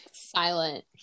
silent